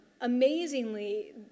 amazingly